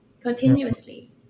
continuously